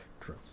True